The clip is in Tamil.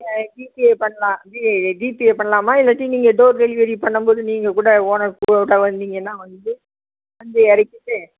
ஆ ஜிபே பண்ணலாம் ஜி ஜிபே பண்ணலாமா இல்லாட்டி நீங்கள் டோர் டெலிவரி பண்ணம் போது நீங்கள் கூட ஓனர் கூட வந்தீங்கன்னால் வந்து வந்து இறக்கிட்டு